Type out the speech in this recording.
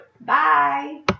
Bye